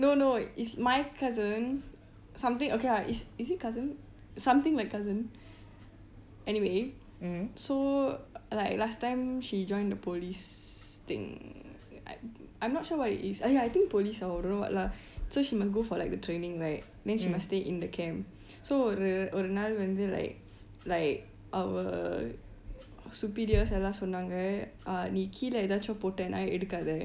no no it's my cousin something okay ah is it cousin something like cousin anyway so like last time she join the police thing like I'm not sure what it is I think police or don't know what lah so she must go for the like training right then she must stay in the camp so ஒரு ஒரு நாள் வந்து:oru naal vantu like like அவள்: aval superiors எல்லாம் சொன்னாங்க:ellarum chonaaga uh நீ கீல எதாச்சு போடேனா எடுக்காத:nee keelay ethaachu potena etukkatha